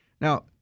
Now